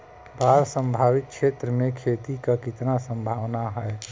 बाढ़ प्रभावित क्षेत्र में खेती क कितना सम्भावना हैं?